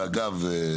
ואגב,